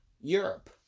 Europe